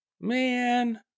Man